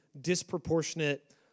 disproportionate